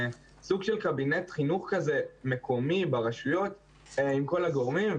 סוג של קבינט חינוך כזה מקומי ברשויות עם כל הגורמים.